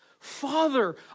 Father